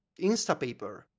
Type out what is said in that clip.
Instapaper